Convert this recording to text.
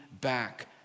back